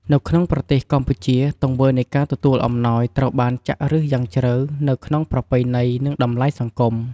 នៅក្នុងប្រទេសកម្ពុជា ទង្វើនៃការទទួលអំណោយត្រូវបានចាក់ឫសយ៉ាងជ្រៅនៅក្នុងប្រពៃណី និងតម្លៃសង្គម។